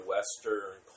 Western